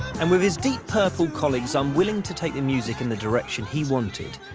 and with his deep purple colleagues unwilling to take the music in the direction he wanted,